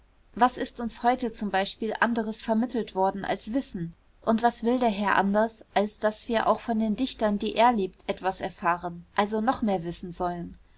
was ist uns heute zum beispiel anderes vermittelt worden als wissen und was will der herr anders als daß wir auch von den dichtern die er liebt etwas erfahren also noch mehr wissen sollen